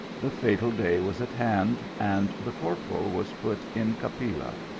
the fatal day was at hand, and the corporal was put in capilla,